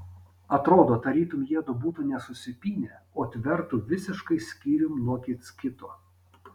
atrodo tarytum jiedu būtų ne susipynę o tvertų visiškai skyrium nuo kits kito